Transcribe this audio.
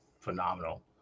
phenomenal